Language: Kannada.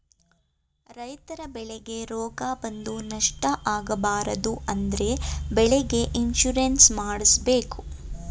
ರೈತರ ಬೆಳೆಗೆ ರೋಗ ಬಂದು ನಷ್ಟ ಆಗಬಾರದು ಅಂದ್ರೆ ಬೆಳೆಗೆ ಇನ್ಸೂರೆನ್ಸ್ ಮಾಡ್ದಸ್ಸಬೇಕು